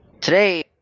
Today